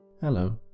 Hello